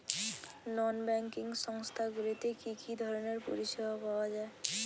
নন banking সংস্থা গুলিতে কি কি ধরনের পরিসেবা পাওয়া য়ায়?